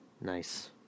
Nice